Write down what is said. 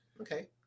Okay